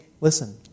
listen